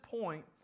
point